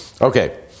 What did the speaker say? Okay